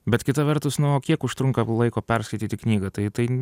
bet kita vertus nu o kiek užtrunka laiko perskaityti knygą tai tai